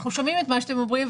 אנחנו שומעים את מה שאתם אומרים,